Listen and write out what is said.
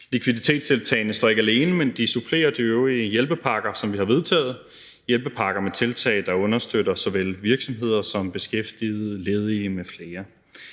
Likviditetstiltagene står ikke alene, men de supplerer de øvrige hjælpepakker, som vi har vedtaget – hjælpepakker med tiltag, der understøtter såvel virksomheder som beskæftigede, ledige m.fl.